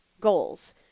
goals